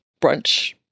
brunch